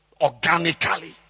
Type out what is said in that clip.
organically